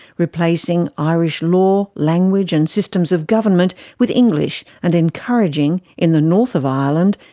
replacing irish law, language and systems of government with english and encouraging, in the north of ireland,